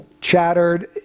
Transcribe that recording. chattered